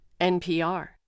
NPR